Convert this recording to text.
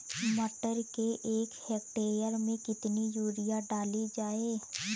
मटर के एक हेक्टेयर में कितनी यूरिया डाली जाए?